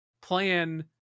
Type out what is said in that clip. plan